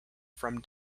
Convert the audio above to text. from